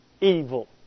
evil